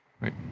Right